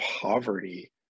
poverty